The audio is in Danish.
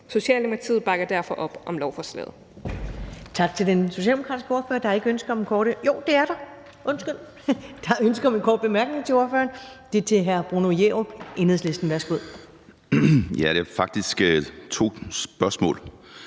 Socialdemokratiet bakker derfor op om lovforslaget.